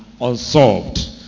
unsolved